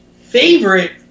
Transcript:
favorite